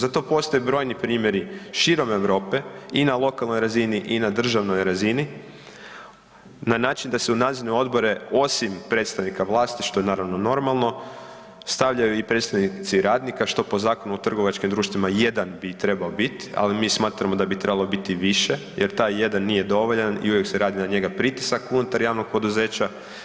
Zato postoje brojni primjeri širom Europe i na lokalnoj razini i na državnoj razini na način da se u nadzorne odbore osim predstavnika vlasti, što je naravno normalno, stavljaju i predstavnici radnika što po Zakonu o trgovačkim društvima jedan bi trebao biti, ali mi smatramo da bi trebalo biti više jer taj jedan nije dovoljan i uvijek se na njega radi pritisak unutar javnog poduzeća.